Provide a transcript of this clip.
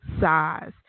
size